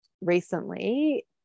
recently